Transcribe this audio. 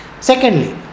Secondly